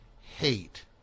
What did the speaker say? hate